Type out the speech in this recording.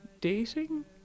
dating